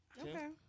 Okay